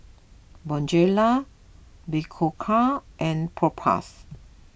Bonjela Berocca and Propass